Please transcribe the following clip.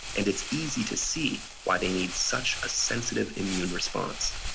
and it's easy to see why they need such a sensitive immune response.